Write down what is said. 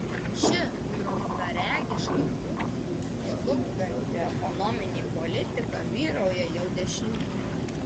ši trumparegiška ūkį žlugdanti ekonominė politika vyrauja jau dešimtmetį